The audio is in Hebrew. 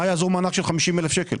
מה יעזור מענק של 50,000 שקלים?